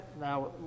now